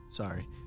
Sorry